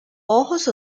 ojos